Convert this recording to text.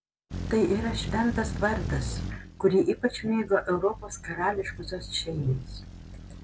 tai yra šventas vardas kurį ypač mėgo europos karališkosios šeimos